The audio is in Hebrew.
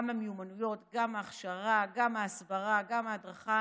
גם המיומנויות, גם ההכשרה, גם ההסברה, גם ההדרכה